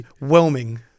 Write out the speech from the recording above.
whelming